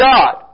God